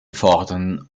vorderen